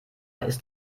ist